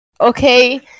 Okay